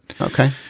Okay